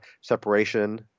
separation